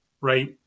Right